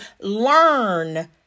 learn